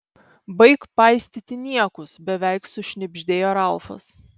baik paistyti niekus beveik sušnibždėjo ralfas